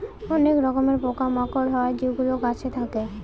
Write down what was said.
অনেক রকমের পোকা মাকড় হয় যেগুলো গাছে থাকে